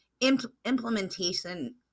implementation